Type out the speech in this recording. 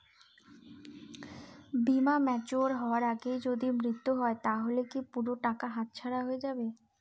বীমা ম্যাচিওর হয়ার আগেই যদি মৃত্যু হয় তাহলে কি পুরো টাকাটা হাতছাড়া হয়ে যাবে?